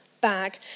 bag